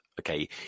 okay